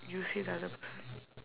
you say the other person